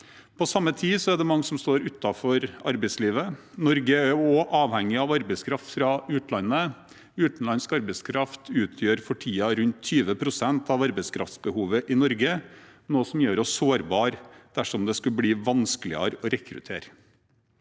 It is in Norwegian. På samme tid er det mange som står utenfor arbeidslivet. Norge er også avhengig av arbeidskraft fra utlandet. Utenlandsk arbeidskraft utgjør for tiden rundt 20 pst. av arbeidskraftbehovet i Norge, noe som gjør oss sårbare dersom det skulle bli vanskeligere å rekruttere.